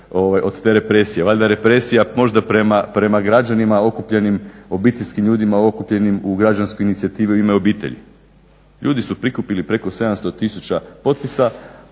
od te represije. Valjda represija možda prema građanima okupljenim, obiteljskim ljudima okupljenim u građansku inicijativu "U ime obitelji". Ljudi su prikupili preko 700000 potpisa,